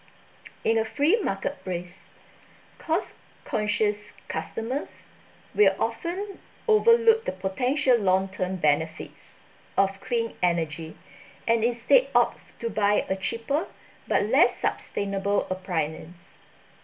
in a free marketplace cost conscious customers will often overlook the potential long term benefits of clean energy and instead opt to buy a cheaper but less sustainable appliance